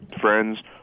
friends